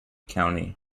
county